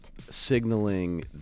Signaling